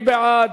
מי בעד?